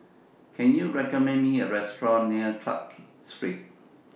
Can YOU recommend Me A Restaurant near Clarke Street